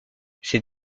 ses